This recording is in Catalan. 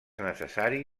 necessari